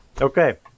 Okay